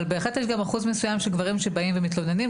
אבל בהחלט יש גם אחוז מסויים של גברים שבאים ומתלוננים,